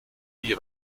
die